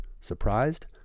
Surprised